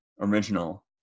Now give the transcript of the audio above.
original